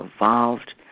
evolved